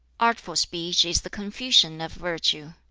artful speech is the confusion of virtue.